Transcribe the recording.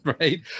right